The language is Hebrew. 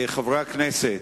חנין.